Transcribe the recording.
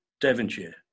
Devonshire